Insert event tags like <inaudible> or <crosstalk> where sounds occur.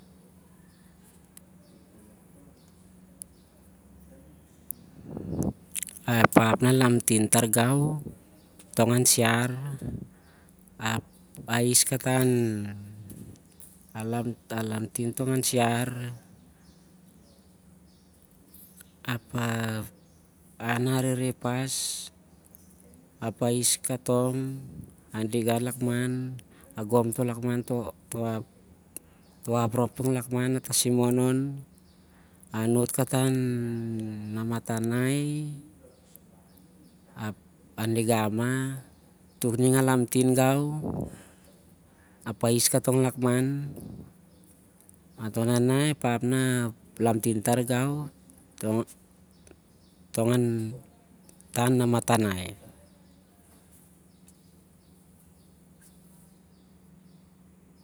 <noise> Ep fap naha lamtin targau tong an siar, apa lamting tong gau apa inan a arehreh pas apa is kating an lakman ah gam tong lakman ap toh ap rhop tong an lakman ah- tasimon on- anot kata an namatanai apa ninga mah tuk ting na lamtin gau. <noise> Apa- is- katong lakman onep ap- na lamtin tar gau- tong an- ta- an- namatanai <noise>